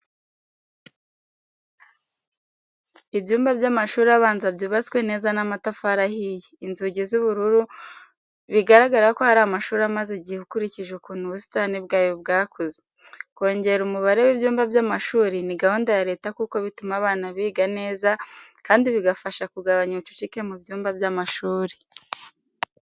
Ibyumba by'amashuri abanza byubatswe neza n'amatafari ahiye, inzugi z'ubururu, bigaragara ko ari amashuri amaze igihe ukurikije ukuntu ubusitani bwayo bwakuze. Kongera umubare w'ibyumba by'amashuri ni gahunda ya leta kuko bituma abana biga neza kandi bigafasha kugabanya ubucucike mu byumba by’amashuri.